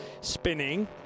spinning